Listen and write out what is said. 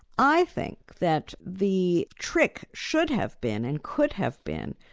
i think that the trick should have been, and could have been,